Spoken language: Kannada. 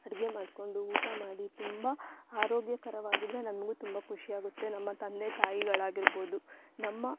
ಅಡುಗೆ ಮಾಡ್ಕೊಂಡು ಊಟ ಮಾಡಿ ತುಂಬ ಆರೋಗ್ಯಕರವಾಗಿದ್ರೆ ನಮಗು ತುಂಬ ಖುಷಿಯಾಗುತ್ತೆ ನಮ್ಮ ತಂದೆ ತಾಯಿಗಳಾಗಿರ್ಬೋದು ನಮ್ಮ